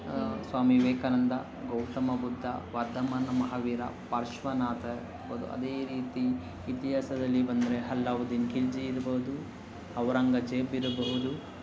ಸ್ವಾಮಿ ವಿವೇಕಾನಂದ ಗೌತಮ ಬುದ್ಧ ವರ್ಧಮಾನ ಮಹಾವೀರ ಪಾರ್ಶ್ವನಾಥ ಇರ್ಬೋದು ಅದೇ ರೀತಿ ಇತಿಹಾಸದಲ್ಲಿ ಬಂದರೆ ಅಲ್ಲಾವುದ್ದೀನ್ ಖಿಲ್ಝಿ ಇರ್ಬೋದು ಔರಂಗಜೇಬ್ ಇರಬಹುದು